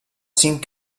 cinc